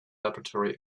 laboratory